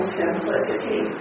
simplicity